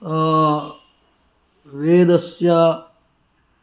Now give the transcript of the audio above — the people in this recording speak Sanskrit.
वेदस्य